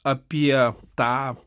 apie tą